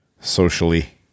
socially